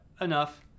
enough